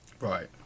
Right